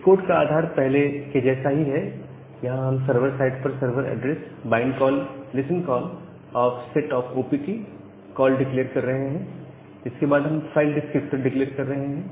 इस कोड का आधार पहले के जैसा ही है हम यहां सर्वर साइड पर server address bind call listen call और set sock OPT call declare कर रहे हैं इसके बाद हम फाइल डिस्क्रिप्टर डिक्लेअर कर रहे हैं